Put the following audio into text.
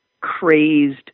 crazed